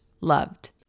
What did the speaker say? loved